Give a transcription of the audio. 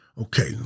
Okay